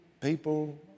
people